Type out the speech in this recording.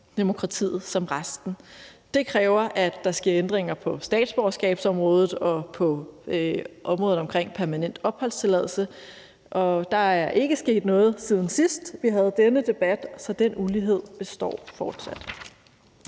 demokratiet som resten af befolkningen. Det kræver, at der sker ændringer på statsborgerskabsområdet og på området omkring permanent opholdstilladelse, og der er ikke sket noget, siden sidst vi havde denne debat, så den ulighed består fortsat.